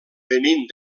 venint